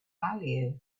value